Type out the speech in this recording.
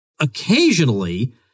occasionally